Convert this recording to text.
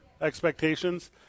expectations